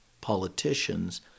politicians